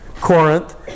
Corinth